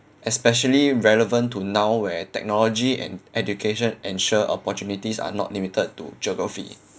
especially relevant to now where technology and education ensure opportunities are not limited to geography